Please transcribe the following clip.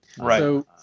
Right